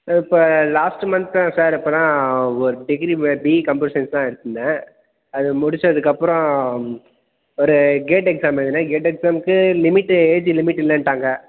ஆ இப்போ last month sir இப்போ தான் ஒரு டிகிரி பிஇ கம்ப்யூட்டர் சயின்ஸ் தான் எடுத்திருந்தேன் அது முடித்ததுக்கப்றோம் ஒரு கேட் எக்ஸாம் எழுதினேன் கேட் எக்ஸாம்க்கு லிமிட்டு ஏஜ் லிமிட்டு இல்லைண்ட்டாங்க